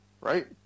right